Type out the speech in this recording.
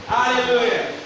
Hallelujah